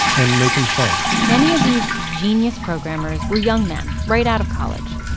and make them fun many of these genius programmers were young men, right out of college.